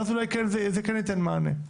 ואז אולי זה כן יתן מענה.